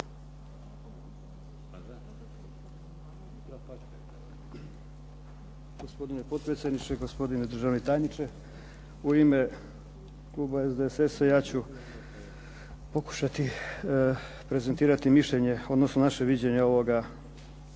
Gospodine potpredsjedniče, gospodine državni tajniče. U ime kluba SDSS-a ja ću pokušati prezentirati mišljenje odnosno naše viđenje ovoga